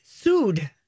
sued